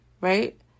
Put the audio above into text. right